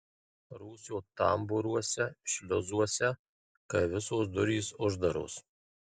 rūsio tambūruose šliuzuose kai visos durys uždaros